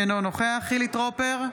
אינו נוכח חילי טרופר,